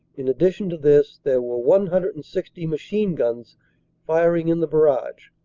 in addition to this, there were one hundred and sixty machine-guns firing in the barrage,